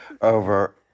over